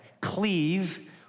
cleave